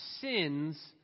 sins